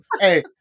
Hey